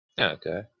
okay